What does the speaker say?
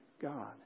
God